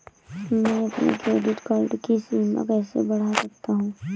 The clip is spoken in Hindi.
मैं अपने क्रेडिट कार्ड की सीमा कैसे बढ़ा सकता हूँ?